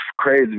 crazy